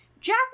jack